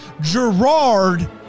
Gerard